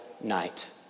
night